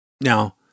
Now